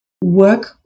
work